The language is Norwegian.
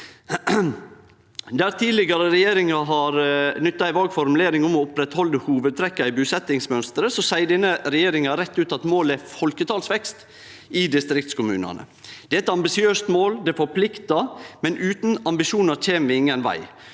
Der tidlegare regjeringar har nytta ei vag formulering om å halde ved lag hovudtrekka i busetjingsmønsteret, seier denne regjeringa rett ut at målet er folketalsvekst i distriktskommunane. Det er eit ambisiøst mål, det forpliktar, men utan ambisjonar kjem vi ingen veg.